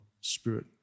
spirit